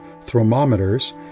thermometers